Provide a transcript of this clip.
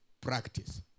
practice